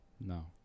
No